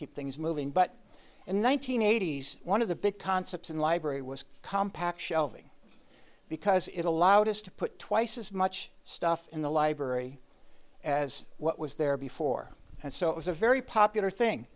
keep things moving but in one nine hundred eighty s one of the big concepts in the library was compaq shelving because it allowed us to put twice as much stuff in the library as what was there before and so it was a very popular thing